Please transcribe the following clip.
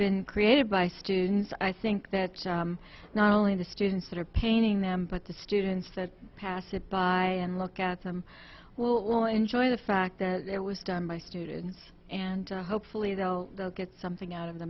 been created by students i think that not only the students that are painting them but the students that pass it by and look at them well will enjoy the fact that it was done by students and hopefully they'll they'll get something out of the